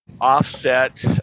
offset